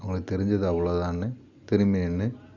அவங்களுக்கு தெரிஞ்சது அவ்வளோ தான்னு திரும்பி நின்று